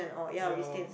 your